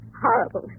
Horrible